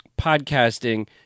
podcasting